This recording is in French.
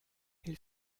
elle